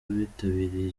bitabiriye